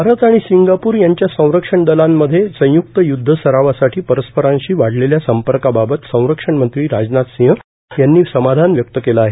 भारत आणि सिंगापूर यांच्या संरक्षण दलांमध्ये संयक्त युदधसरावासाठी परस्परांशी वाढलेल्या संपर्काबाबत संरक्षणमंत्री राजनाथ सिंह यांनी समाधान व्यक्त केलं आहे